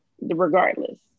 regardless